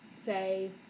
say